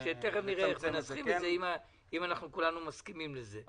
תכף נראה אם כולנו מסכימים על זה.